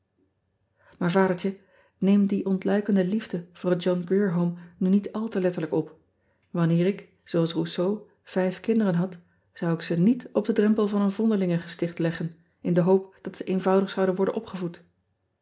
aar adertje neem die ontluikende liefde voor het ohn rier ome nu niet al te letterlijk op anneer ik zooals ousseau vijf kinderen had zou ik ze niet op den drempel van een vondelingengesticht leggen in de hoop dat ze eenvoudig zouden worden opgevoed